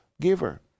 giver